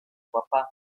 papá